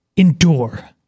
endure